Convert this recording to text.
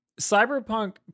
cyberpunk